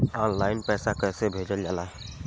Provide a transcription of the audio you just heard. Online पैसा कैसे भेजल जाला?